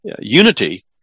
unity